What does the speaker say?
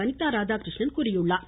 அனிதா ராதாகிருஷ்ணன் தெரிவித்துள்ளார்